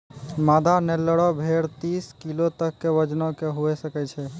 मादा नेल्लोरे भेड़ तीस किलो तक के वजनो के हुए सकै छै